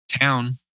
town